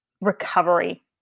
recovery